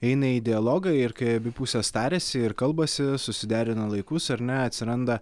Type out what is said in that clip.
eina į dialogą ir kai abi pusės tariasi ir kalbasi susiderina laikus ar ne atsiranda